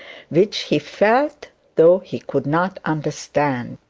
which he felt though he could not understand.